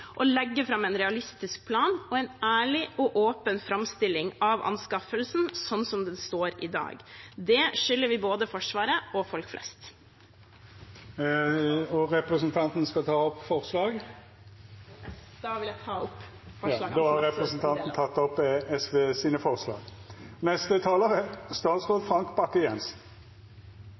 og legge fram en realistisk plan og en ærlig og åpen framstilling av anskaffelsen sånn den står i dag. Det skylder vi både Forsvaret og folk flest. Vil representanten ta opp forslag? Jeg vil ta opp forslagene SV står bak. Representanten Kari Elisabeth Kaski har teke opp dei forslaga ho refererte til. Det er